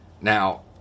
Now